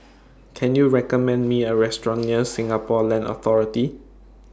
Can YOU recommend Me A Restaurant near Singapore Land Authority